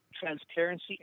transparency